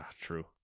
True